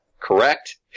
correct